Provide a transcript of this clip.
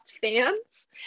fans